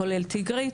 כולל תיגרית,